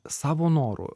savo noru